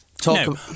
talk